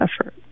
effort